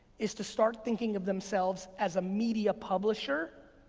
is to start thinking of themselves as a media publisher,